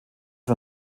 war